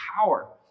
power